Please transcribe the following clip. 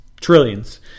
trillions